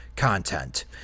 Content